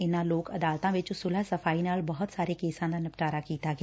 ਇਨਾਂ ਲੋਕ ਅਦਾਲਤਾਂ ਵਿਚ ਸੁਲਹ ਸਫ਼ਾਈ ਨਾਲ ਬਹੁਤ ਸਾਰੇ ਕੇਸਾਂ ਦਾ ਨਿਪਟਾਰਾ ਕੀਤਾ ਗਿਆ